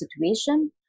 situation